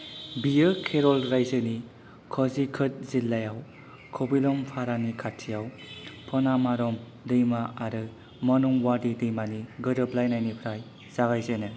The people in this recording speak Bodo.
बियो केरल रायजोनि कजिकत जिल्लायाव खबिरम फारानि खाथियाव पनामारम दैमा आरो मनंवाआदि दैमानि गोरोबलायनाय निफ्राय जागाय जेनो